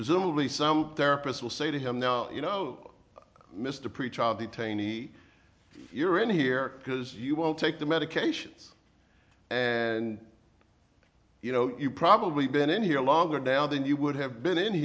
presumably some therapist will say to him now you know mr pretrial detainee you're in here because you won't take the medications and you know you've probably been in here longer down than you would have been in